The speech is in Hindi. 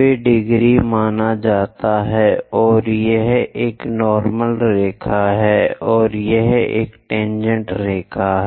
90 माना जाता है और यह एक नार्मल रेखा है और यह एक टेनजेंट रेखा है